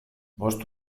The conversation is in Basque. bost